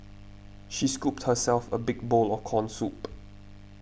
she scooped herself a big bowl of Corn Soup